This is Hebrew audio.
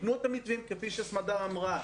תיתנו את המתווים כפי שסמדר אמרה.